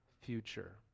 future